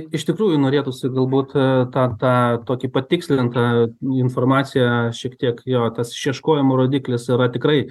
iš tikrųjų norėtųsi galbūt tą tą tokį patikslintą informaciją šiek tiek jo tas išieškojimo rodiklis yra tikrai